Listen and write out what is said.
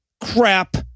crap